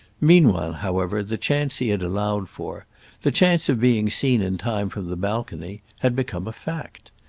meanwhile, however, the chance he had allowed for the chance of being seen in time from the balcony had become a fact.